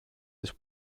της